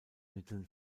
mitteln